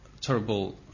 terrible